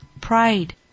pride